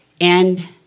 and-